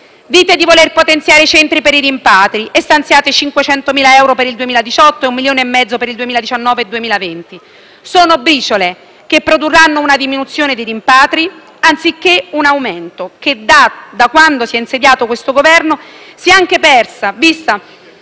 Dite di voler potenziare i centri per i rimpatri e stanziate 500.000 euro per il 2018 e un milione e mezzo per il 2019-2020; sono briciole che produrranno una diminuzione di rimpatri, anziché un aumento, dato che da quando si è insediato questo Governo si è anche persa di vista